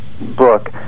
book